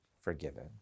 forgiven